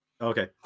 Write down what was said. okay